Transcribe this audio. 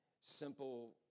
Simple